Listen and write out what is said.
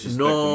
no